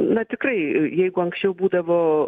na tikrai jeigu anksčiau būdavo